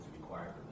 required